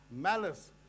malice